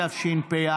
התשפ"א